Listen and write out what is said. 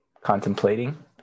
Contemplating